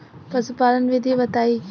पशुपालन विधि बताई?